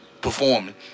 performing